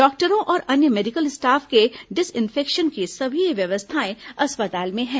डॉक्टरों और अन्य मेडिकल स्टाफ के डिसइंफेक्शन की सभी व्यवस्थाएं अस्पताल में है